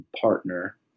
partner